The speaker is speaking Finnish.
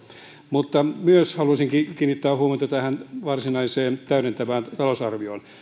mutta myös haluaisin kiinnittää huomiota tähän varsinaiseen täydentävään talousarvioon